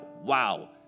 Wow